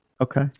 okay